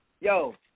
yo